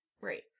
Right